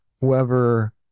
whoever